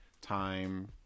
time